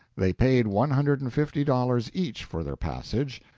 they paid one hundred and fifty dollars each for their passage,